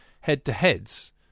head-to-heads